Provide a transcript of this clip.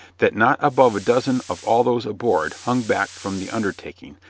that not above a dozen of all those aboard hung back from the undertaking,